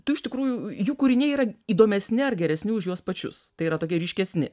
tu iš tikrųjų jų kūriniai yra įdomesni ar geresni už juos pačius tai yra tokie ryškesni